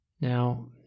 Now